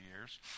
years